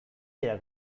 dira